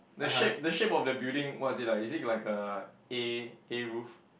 the shape the shape of the building what is it like is it like a A A roof